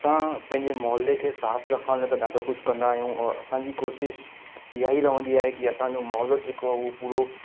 असां पंहिंजे मुहले खे साफ़ रखण लाइ त ॾाढो कुझु कंदा आहियूं औरि असांजी कोशिश ईअं ई रहंदी आहे की असांजो मुहलो जेको आहे उहो पूरो